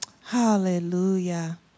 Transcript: Hallelujah